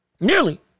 Nearly